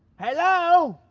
hello!